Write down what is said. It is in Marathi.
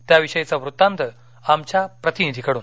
त्या विषयीचा वृत्तांत आमच्या प्रतिनिधीकडून